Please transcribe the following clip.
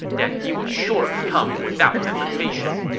then he would surely come without hesitation.